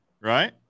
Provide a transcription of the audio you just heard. right